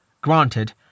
granted